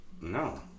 No